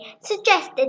suggested